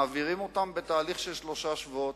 מעבירים אותם בתהליך של שלושה שבועות.